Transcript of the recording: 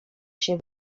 się